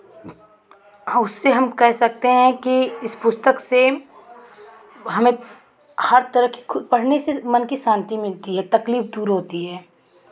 हाँ उससे हम कह सकते हैं कि इस पुस्तक से हमें हर तरह की पढ़ने से मन की शांति मिलती है तकलीफ़ दूर होती है